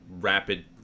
rapid